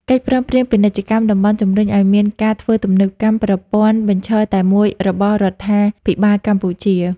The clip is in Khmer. កិច្ចព្រមព្រៀងពាណិជ្ជកម្មតំបន់ជំរុញឱ្យមានការធ្វើទំនើបកម្មប្រព័ន្ធបញ្ជរតែមួយរបស់រដ្ឋាភិបាលកម្ពុជា។